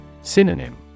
Synonym